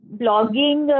blogging